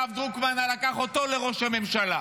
הרב דרוקמן לקח אותו לראש הממשלה